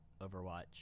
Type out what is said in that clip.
Overwatch